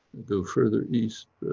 go further east,